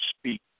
speak